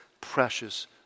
precious